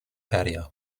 patio